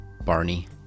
Barney